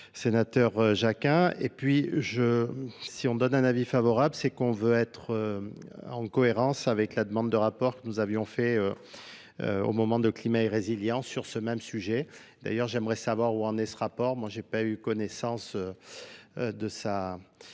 Sénateur Jacquin. Et puis je, si on donne un avis favorable, c'est qu'on veut être en cohérence avec la demande de rapport que nous avions faite euh au moment du climat résilients Sr, ce même sujet D'ailleurs, j'aimerais savoir où en est ce rapport, Moi j'ai pas eu connaissance Moi, je